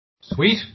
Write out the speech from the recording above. Sweet